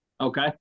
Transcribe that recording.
Okay